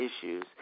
issues